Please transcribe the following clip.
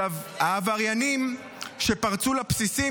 העבריינים שפרצו לבסיסים,